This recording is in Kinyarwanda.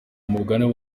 mugabane